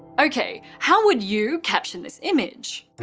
okay, how would you caption this image?